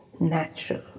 natural